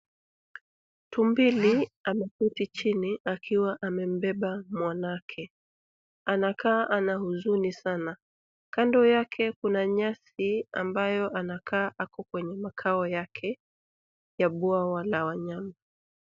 Tumbili ameketi chini akiwa anambeba mwanake. Anakaa ana huzuni sana. Kando yake kuna nyasi ambayo anakaa ako kwenye makao yake ya bwawa la wanyama.